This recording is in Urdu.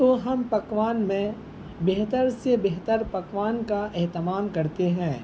تو ہم پکوان میں بہتر سے بہتر پکوان کا اہتمام کرتے ہیں